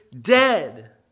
dead